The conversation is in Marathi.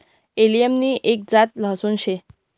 एलियम नि एक जात लहसून शे